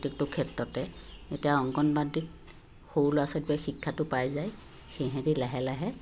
প্ৰত্যেকটো ক্ষেত্ৰতে এতিয়া অংকনবাদীত সৰু ল'ৰা ছোৱালীবোৰে শিক্ষাটো পাই যায় সিহঁতি লাহে লাহে